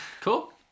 Cool